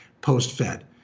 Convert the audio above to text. post-Fed